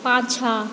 पाछाँ